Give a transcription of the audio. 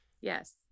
yes